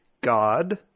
God